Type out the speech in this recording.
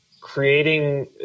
creating